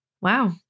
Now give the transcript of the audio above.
wow